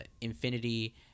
infinity